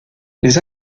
les